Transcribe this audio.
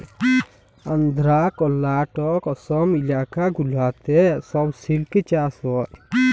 আল্ধ্রা, কর্লাটক, অসম ইলাকা গুলাতে ছব সিল্ক চাষ হ্যয়